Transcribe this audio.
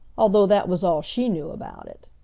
although that was all she knew about it.